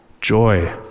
joy